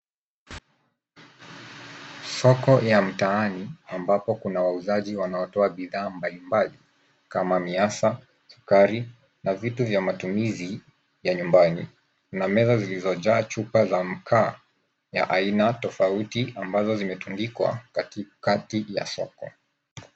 Soko ya mtaani ambapo kuna wauzaji wanaotoa bidhaa mbalimbali kama miasa, sukari na vitu vya matumizi ya nyumbani na meza zilizojaa chupa za mkaa ya aina tofauti ambazo zimetundikwa katikati ya soko.